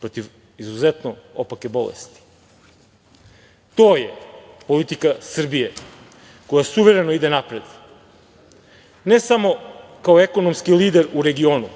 protiv izuzetno opake bolesti. To je politika Srbije koja suvereno ide napred, ne samo kao ekonomski lider u regionu,